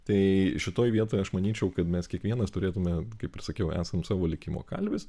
tai šitoj vietoj aš manyčiau kad mes kiekvienas turėtume kaip ir sakiau esam savo likimo kalvis